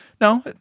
No